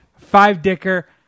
Five-dicker